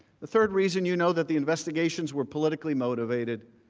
the third reason you know that the investigations were politically motivated,